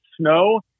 snow